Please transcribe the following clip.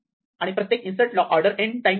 आणि प्रत्येक इन्सर्टला ऑर्डर एन टाईम लागेल